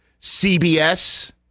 CBS